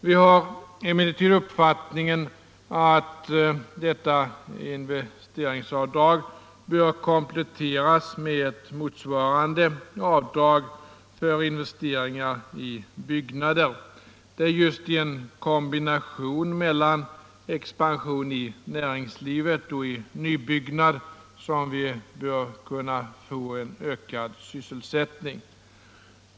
Vi anser dock att detta investeringsavdrag bör kompletteras med motsvarande avdrag för investeringar i byggnader. Det är nämligen just genom en kombination av en expansion i näringslivet och i nybyggnader som vi bör kunna få en ökad sysselsättning.